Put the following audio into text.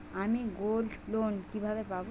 আমি গোল্ডলোন কিভাবে পাব?